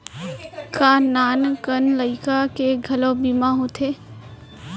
का नान कन लइका के घलो बीमा होथे?